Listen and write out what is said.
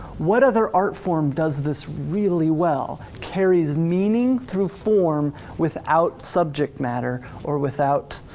what other art form does this really well? carries meaning through form without subject matter or without